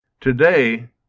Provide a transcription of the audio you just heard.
Today